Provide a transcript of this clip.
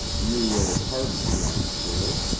you will pardon me, i am sure